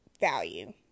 value